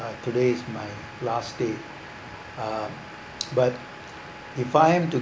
uh today is my last day um but if I am to